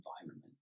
environment